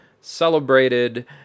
celebrated